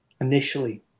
initially